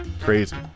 Crazy